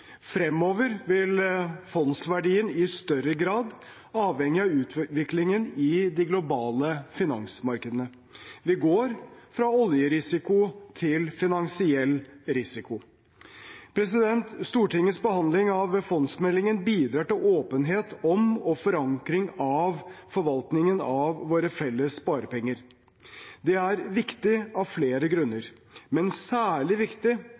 Fremover vil fondsverdien i større grad avhenge av utviklingen i de globale finansmarkedene. Det går fra oljerisiko til finansiell risiko. Stortingets behandling av fondsmeldingen bidrar til åpenhet om og forankring av forvaltningen av våre felles sparepenger. Det er viktig av flere grunner, men særlig viktig